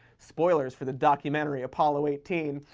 spoilers for the documentary apollo eighteen.